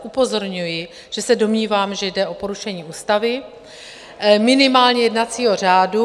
Upozorňuji, že se domnívám, že jde o porušení ústavy, minimálně jednacího řádu.